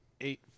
eight